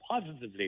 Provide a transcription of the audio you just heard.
positively